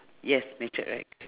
yes machete right